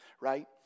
right